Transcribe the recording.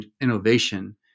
innovation